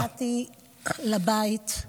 והגעתי לבית,